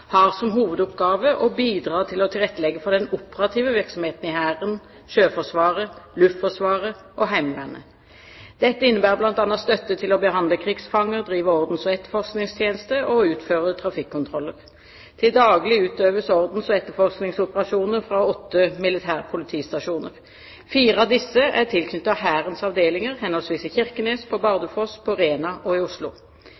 hovedoppgave å bidra til å tilrettelegge for den operative virksomheten i Hæren, Sjøforsvaret, Luftforsvaret og Heimevernet. Dette innebærer bl.a. støtte til å behandle krigsfanger, drive ordens- og etterforskningstjeneste og å utføre trafikkkontroller. Til daglig utøves ordens- og etterforskningsoperasjoner fra åtte militærpolitistasjoner. Fire av disse er tilknyttet Hærens avdelinger henholdsvis i Kirkenes, på